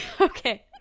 Okay